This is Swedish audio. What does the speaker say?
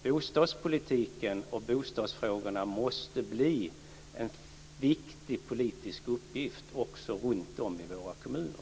Bostadspolitiken och bostadsfrågorna måste bli en viktig politisk uppgift också runt om i våra kommuner.